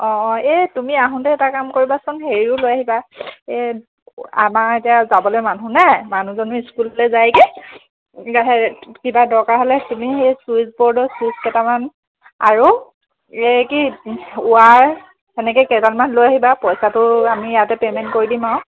অঁ অঁ এই তুমি আহোঁতে এটা কাম কৰিবাচোন হেৰিও লৈ আহিবা এই আমাৰ এতিয়া যাবলে মানুহ নাই মানুহজনো স্কুললে যায়গে কিবা দৰকাৰ হ'লে তুমি সেই চুইচ বৰ্ডৰ চুইচ কেইটামান আৰু এই কি ৱাৰ সেনেকে কেইটামান লৈ আহিবা পইচাটো আমি ইয়াতে পে'মেণ্ট কৰি দিম আৰু